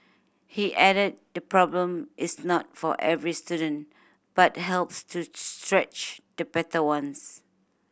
he added the problem is not for every student but helps to stretch the better ones